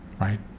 right